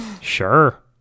sure